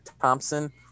Thompson